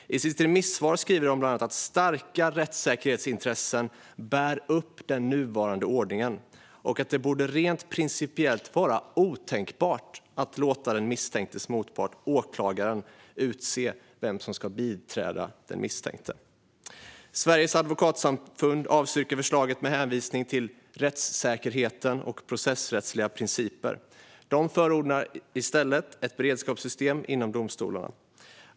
I sitt remissvar skriver de bland annat att starka rättssäkerhetsintressen bär upp den nuvarande ordningen och att det rent principiellt borde vara otänkbart att låta den misstänktes motpart, åklagaren, utse vem som ska biträda den misstänkte. Sveriges advokatsamfund avstyrker förslaget med hänvisning till rättssäkerheten och processrättsliga principer. De förordar i stället ett beredskapssystem inom domstolarna.